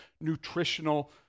nutritional